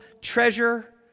treasure